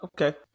Okay